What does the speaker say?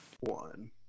One